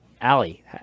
Allie